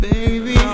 Baby